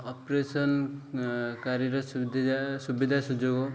ଅପରେସନ୍କାରୀର ସୁବିଧା ସୁବିଧା ସୁଯୋଗ